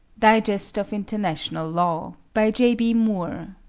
digest of international law, by j b. moore.